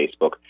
Facebook